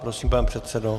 Prosím, pane předsedo.